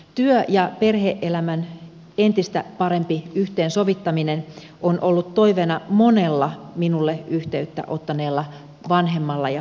työ ja perhe elämän entistä parempi yhteensovittaminen on ollut toiveena monella minuun yhteyttä ottaneella vanhemmalla ja perheellä